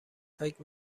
فکر